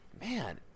man